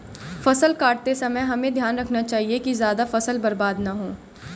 फसल काटते समय हमें ध्यान रखना चाहिए कि ज्यादा फसल बर्बाद न हो